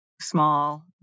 small